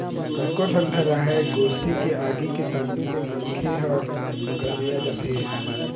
कतको ठंडा राहय गोरसी के आगी के तापे ले मनखे ह गरमिया जाथे